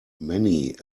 many